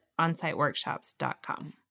onsiteworkshops.com